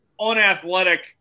Unathletic